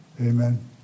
Amen